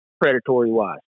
predatory-wise